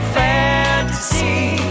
fantasy